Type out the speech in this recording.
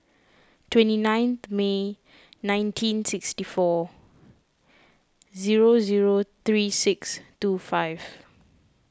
twenty nine May nineteen sixty four zero zero three six two five